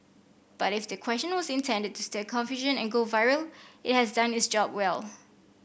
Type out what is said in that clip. but if the question was intended to stir confusion and go viral it has done its job well